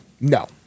No